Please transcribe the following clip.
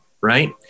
right